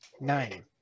Nine